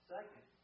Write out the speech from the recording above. Second